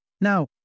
Now